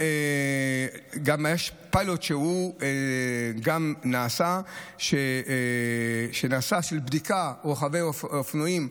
יש גם פיילוט שנעשה על רוכבי אופנועים,